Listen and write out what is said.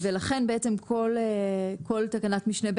לכן כל תקנת משנה (ב)